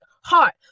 heart